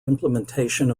implementation